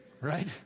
right